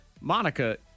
Monica